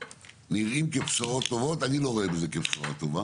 נראים כבשורות טובות, אני לא רואה בזה כבשורה טובה